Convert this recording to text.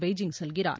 Beijing செல்கிறார்